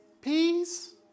Peace